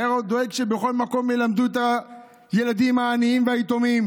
היה דואג שבכל מקום ילמדו את הילדים העניים והיתומים,